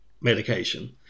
medication